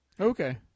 Okay